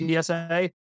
PSA